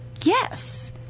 Yes